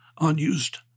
unused